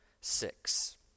six